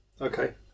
okay